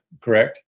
correct